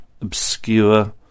obscure